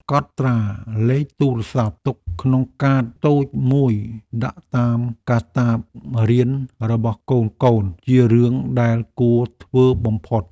កត់ត្រាលេខទូរស័ព្ទទុកក្នុងកាតតូចមួយដាក់តាមកាតាបរៀនរបស់កូនៗជារឿងដែលគួរធ្វើបំផុត។